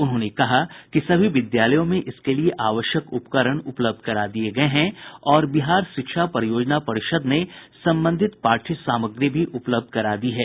उन्होंने कहा कि सभी विद्यालयों में इसके लिए आवश्यक उपकरण उपलब्ध करा दिये गये हैं और बिहार शिक्षा परियोजना परिषद ने संबंधित पाठ्य सामग्री भी उपलब्ध करा दी है